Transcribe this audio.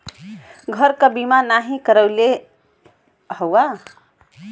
घर क बीमा नाही करइले हउवा